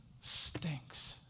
stinks